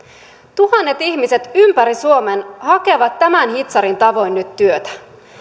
tuhannet ihmiset ympäri suomen hakevat tämän hitsarin tavoin nyt työtä